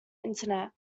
internet